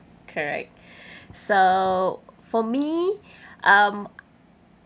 correct so for me um